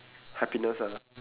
happiness ah